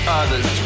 others